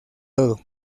todo